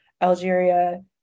Algeria